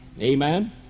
Amen